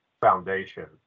foundation